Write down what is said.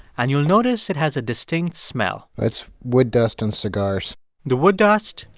and you'll notice it has a distinct smell it's wood dust and cigars the wood dust,